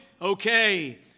Okay